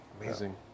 Amazing